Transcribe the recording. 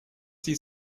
sie